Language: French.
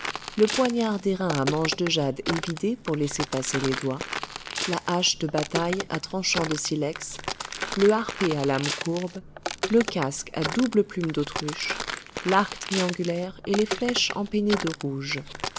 le poignard d'airain à manche de jade évidé pour laisser passer les doigts la hache de bataille à tranchant de silex le harpe à lame courbe le casque à double plume d'autruche l'arc triangulaire et les flèches empennées de rouge